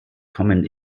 kommen